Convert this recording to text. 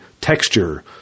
texture